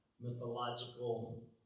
mythological